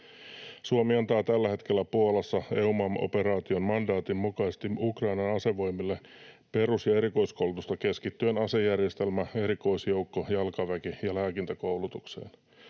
Suomi antaa tällä hetkellä Puolassa EUMAM-operaation mandaatin mukaisesti Ukrainan asevoimille perus- ja erikoiskoulutusta keskittyen asejärjestelmä‑, erikoisjoukko‑, jalkaväki- ja lääkintäkoulutukseen.